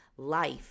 life